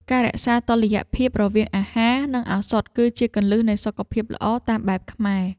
ការរក្សាតុល្យភាពរវាងអាហារ និងឱសថ គឺជាគន្លឹះនៃសុខភាពល្អតាមបែបខ្មែរ។